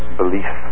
belief